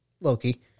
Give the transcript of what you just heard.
Loki